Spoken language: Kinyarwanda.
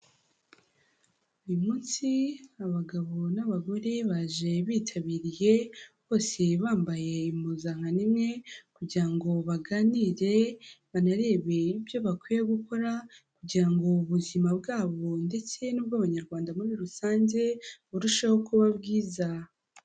Uyu munsi abagabo n'abagore baje bitabiriye bose bambaye impuzankano imwe kugira ngo baganire banarebe ibyo bakwiye gukora kugira ngo ubuzima bwabo ndetse n'ubw'abanyarwanda muri rusange burusheho kuba bwiza.